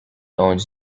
owns